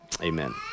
amen